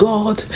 God